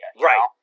Right